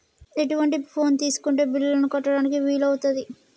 ఎటువంటి ఫోన్ తీసుకుంటే బిల్లులను కట్టడానికి వీలవుతది?